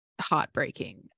heartbreaking